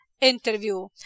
interview